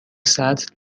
سطل